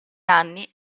anni